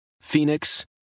Phoenix